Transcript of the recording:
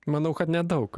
manau kad nedaug